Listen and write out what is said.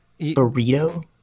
burrito